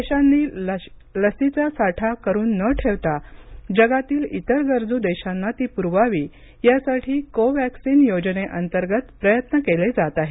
देशांनी लशीचा साठा करून न ठेवता जगातील इतर गरजू देशांना ती पुरवावी यासाठी कोव्हॅक्सीन योजनेअंतर्गत प्रयत्न केले जात आहेत